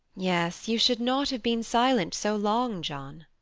yes, you should not have been silent so long, john.